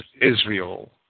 Israel